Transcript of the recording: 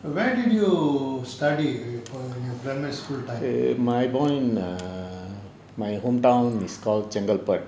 where did you study for your primary school time